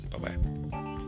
Bye-bye